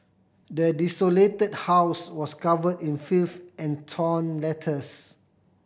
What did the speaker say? the desolated house was cover in filth and torn letters